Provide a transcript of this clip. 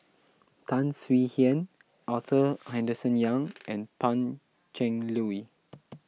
Tan Swie Hian Arthur Henderson Young and Pan Cheng Lui